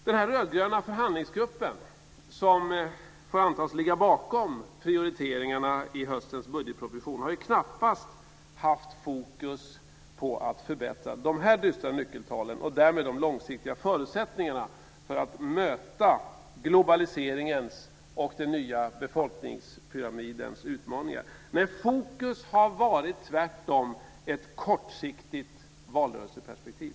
Den rödgröna förhandlingsgrupp som får antas ligga bakom prioriteringarna i höstens budgetproposition har knappast haft fokus på att förbättra de här dystra nyckeltalen och därmed de långsiktiga förutsättningarna för att möta globaliseringens och den nya befolkningspyramidens utmaningar. Fokus har tvärtom varit ett kortsiktigt valrörelseperspektiv.